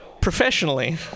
Professionally